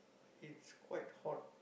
it's quite hot